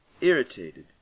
irritated